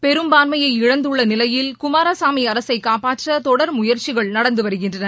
பெரும்பான்மையை இழந்துள்ள நிலையில் குமாரசாமி அரசை காப்பாற்ற தொடர் முயற்சிகள் நடந்து வருகின்றன